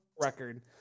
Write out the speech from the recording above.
record